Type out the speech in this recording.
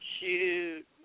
Shoot